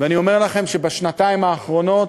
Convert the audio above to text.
ואני אומר לכם שבשנתיים האחרונות